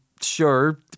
sure